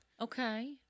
Okay